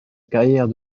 carrière